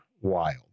wild